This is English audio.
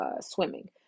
swimming